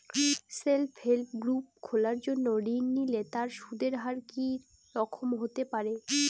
Self help group খোলার জন্য ঋণ নিলে তার সুদের হার কি রকম হতে পারে?